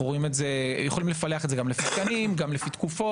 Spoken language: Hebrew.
אפשר לפלח זאת לפי תקופות,